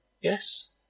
Yes